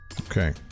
Okay